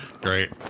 great